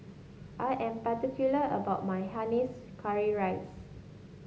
I am particular about my Hainanese Curry Rice